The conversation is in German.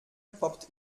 poppt